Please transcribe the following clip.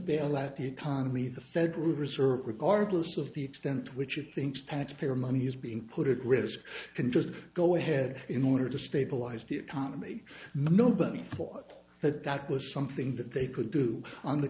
bailout the economy the federal reserve regardless of the extent to which it thinks taxpayer money is being put at risk can just go ahead in order to stabilize the economy nobody thought that that was something that they could do on the